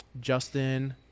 Justin